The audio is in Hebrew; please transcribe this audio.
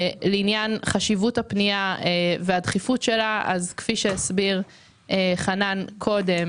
לעניין חשיבות הפנייה והדחיפות שלה כפי שהסביר חנן פריצקי קודם,